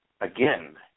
again